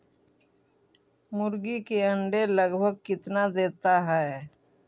मुर्गी के अंडे लगभग कितना देता है?